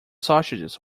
sausages